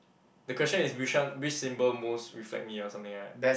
the question is which one which symbol most reflect me or something right